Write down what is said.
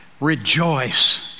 rejoice